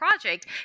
Project